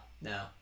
no